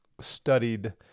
studied